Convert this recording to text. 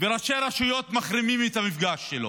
וראשי הרשויות מחרימים את המפגש איתו.